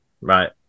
Right